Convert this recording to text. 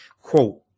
quote